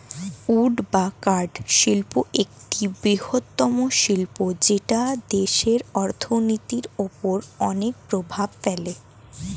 would বা কাঠ শিল্প একটি বৃহত্তম শিল্প যেটা দেশের অর্থনীতির ওপর অনেক প্রভাব ফেলে